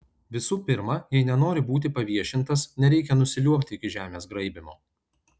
visų pirma jei nenori būti paviešintas nereikia nusiliuobti iki žemės graibymo